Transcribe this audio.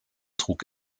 trug